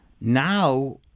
Now